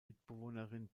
mitbewohnerin